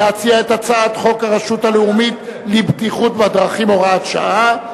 להציע את הצעת חוק הרשות הלאומית לבטיחות בדרכים (הוראת שעה)